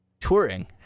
touring